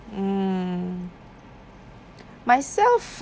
mm myself